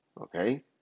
okay